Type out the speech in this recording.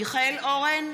מיכאל אורן,